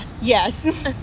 Yes